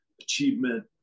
achievement